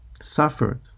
suffered